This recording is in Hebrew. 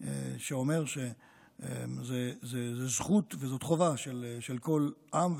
שאומר שזאת זכות וחובה של כל עם,